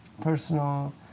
personal